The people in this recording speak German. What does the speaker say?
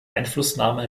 einflussnahme